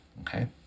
okay